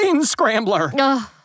scrambler